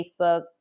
Facebook